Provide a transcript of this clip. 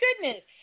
goodness